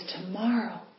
tomorrow